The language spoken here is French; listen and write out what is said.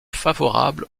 favorable